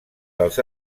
dels